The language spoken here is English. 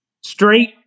straight